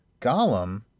Gollum